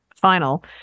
Final